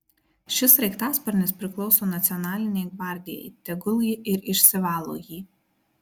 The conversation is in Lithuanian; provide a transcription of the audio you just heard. šis sraigtasparnis priklauso nacionalinei gvardijai tegul ji ir išsivalo jį